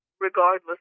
regardless